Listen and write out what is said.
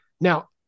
Now